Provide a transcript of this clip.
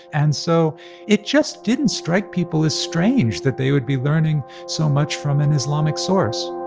and so it just didn't strike people as strange that they would be learning so much from an islamic source